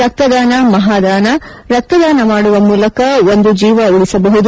ರಕ್ತದಾನ ಮಹಾದಾನ ರಕ್ತದಾನಮಾಡುವ ಮೂಲಕ ಒಂದು ಜೀವ ಉಳಿಸಬಹುದು